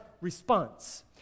response